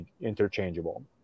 interchangeable